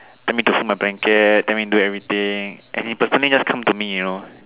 tell me to fold my blanket tell me do everything and he personally just come to me you know